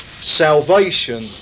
salvation